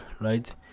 right